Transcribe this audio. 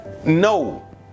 No